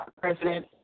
President